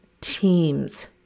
teams